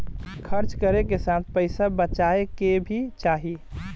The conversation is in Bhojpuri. खर्च करे के साथ पइसा बचाए के भी चाही